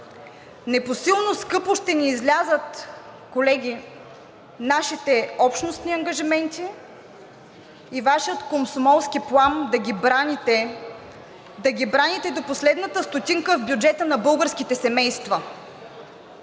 Непосилно скъпо ще ни излязат, колеги, нашите общностни ангажименти и Вашият комсомолски плам да ги браните до последната стотинка в бюджета на българските семейства.